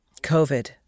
COVID